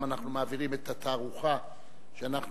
אנחנו גם מעבירים את התערוכה שאנחנו